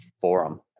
forum